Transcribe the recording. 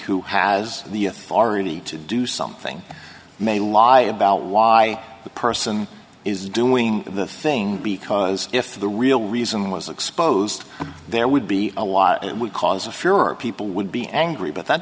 who has the authority to do something may lie about why the person is doing the thing because if the real reason was exposed there would be a lot it would cause a furor people would be angry but that